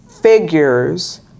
figures